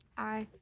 aye.